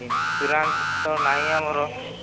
insurance ତ ନାହିଁ ଆମର